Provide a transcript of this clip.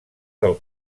del